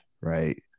right